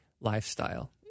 lifestyle